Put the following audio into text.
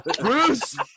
Bruce